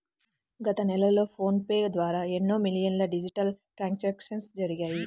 గత నెలలో PhonePe ద్వారా ఎన్నో మిలియన్ల డిజిటల్ ట్రాన్సాక్షన్స్ జరిగాయి